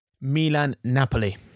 Milan-Napoli